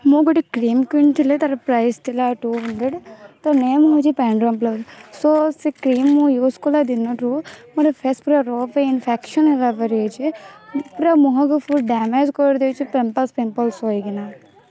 ମୁଁ ଗୋଟେ କ୍ରିମ୍ କିଣିଥିଲି ତାର ପ୍ରାଇସ୍ ଥିଲା ଟୁ ହଣ୍ଡ୍ରେଡ଼୍ ତା ନେମ୍ ହେଉଛି ପ୍ୟାଣ୍ଡ୍ରମ୍ ପ୍ଲସ୍ ସୋ ସେ କ୍ରିମ୍ ମୁଁ ୟ୍ୟୁଜ୍ କଲା ଦିନରୁ ମୋ ଫେସ୍ ପୁରା ରଫ୍ ଇନଫେକ୍ସନ୍ ହେଲା ପରି ହେଇଛି ପୁରା ମୁହଁକୁ ଫୁଲ୍ ଡ୍ୟାମେଜ୍ କରିଦେଇଛି ପିମ୍ପଲ୍ସ୍ ଫିମ୍ପଲ୍ସ ହୋଇକିନା